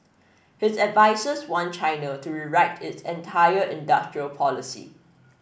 his advisers want China to rewrite its entire industrial policy